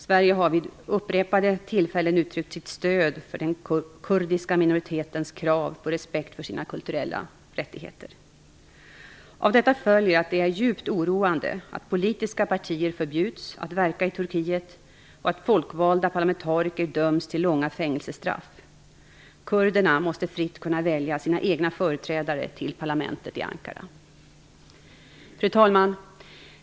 Sverige har vid upprepade tillfällen uttryckt sitt stöd för den kurdiska minoritetens krav på respekt för sina kulturella rättigheter. Av detta följer att det är djupt oroande att politiska partier förbjuds att verka i Turkiet och att folkvalda parlamentariker döms till långa fängelsestraff. Kurderna måste fritt kunna välja sina egna företrädare till parlamentet i Ankara. Fru talman!